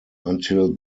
until